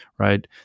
Right